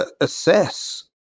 assess